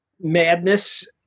madness